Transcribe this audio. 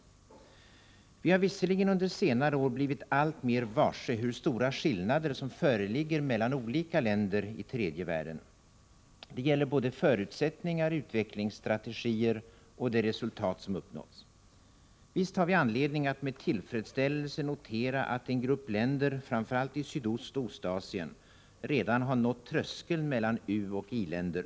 17 april 1985 Vi har visserligen under senare år blivit alltmer varse hur stora skillnader som föreligger mellan olika länder i tredje världen. Det gäller både förutsättningar, utvecklingsstrategier och de resultat som uppnåtts. Visst har vi anledning att med tillfredsställelse notera att en grupp länder, framför allt i Sydostoch Ostasien, redan har nått tröskeln mellan uoch i-länder.